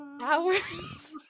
hours